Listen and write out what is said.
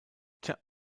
tja